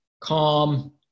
calm